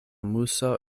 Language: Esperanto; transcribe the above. muso